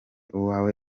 uwawe